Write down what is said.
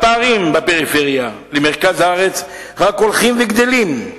הפערים בין הפריפריה למרכז הארץ רק הולכים וגדלים.